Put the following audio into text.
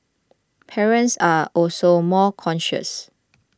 parents are also more cautious